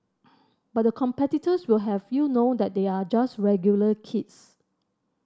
but the competitors will have you know that they are just regular kids